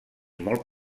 molt